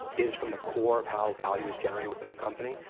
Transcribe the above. is from the core of how value is generated within the company,